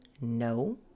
no